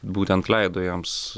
būtent leido joms